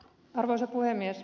arvoisa puhemies